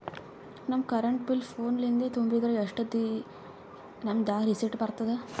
ನಮ್ current bill ಫೋನ ಲಿಂದೇ ತುಂಬಿದ್ರ, ಎಷ್ಟ ದಿ ನಮ್ ದಾಗ ರಿಸಿಟ ಬರತದ?